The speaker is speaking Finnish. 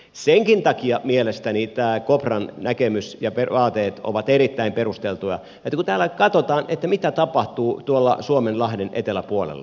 senkin takia mielestäni tämä kopran näkemys ja vaateet ovat erittäin perusteltuja kun täällä katsotaan mitä tapahtuu tuolla suomenlahden eteläpuolella